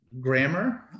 grammar